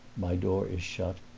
my door is shut,